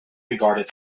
regarded